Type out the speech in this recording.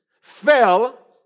fell